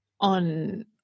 on